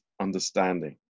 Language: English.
understanding